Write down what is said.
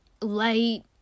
light